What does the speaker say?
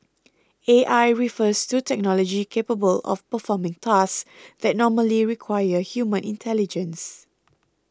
A I refers to technology capable of performing tasks that normally require human intelligence